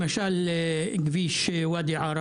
למשל: כביש ואדי ערה